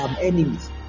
enemies